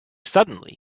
suddenly